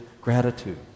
gratitude